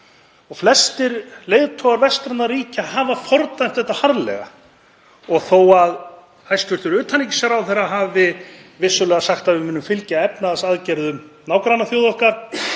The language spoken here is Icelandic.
Flestir leiðtogar vestrænna ríkja hafa fordæmt þetta harðlega og þó að hæstv. utanríkisráðherra hafi vissulega sagt að við munum fylgja efnahagsaðgerðum nágrannaþjóða okkar